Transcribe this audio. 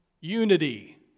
Unity